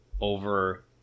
over